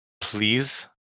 please